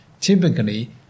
typically